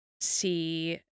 see